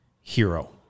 hero